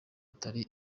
atari